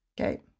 Okay